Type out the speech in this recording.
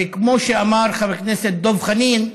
וכמו שאמר חבר הכנסת דב חנין,